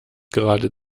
gerade